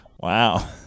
Wow